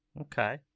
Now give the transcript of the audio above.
okay